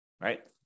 right